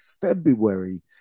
February